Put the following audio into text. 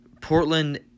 Portland